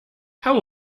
how